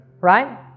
right